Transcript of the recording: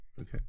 Okay